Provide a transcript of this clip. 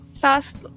Fast